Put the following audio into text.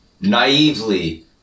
naively